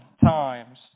times